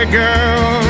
girl